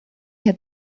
had